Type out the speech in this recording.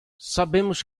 sabemos